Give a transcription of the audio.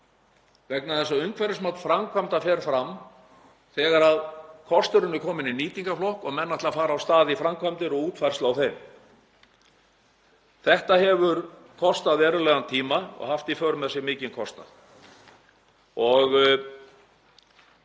vegna þess að umhverfismat framkvæmda fer fram þegar kosturinn er kominn í nýtingarflokk og menn ætla að fara af stað í framkvæmdir og útfærslu á þeim. Þetta hefur kostað verulegan tíma og haft í för með sér mikinn kostnað.